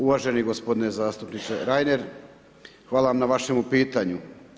Uvaženi gospodine zastupniče Reiner, hvala vam na vašemu pitanju.